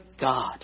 God